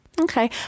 Okay